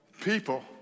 people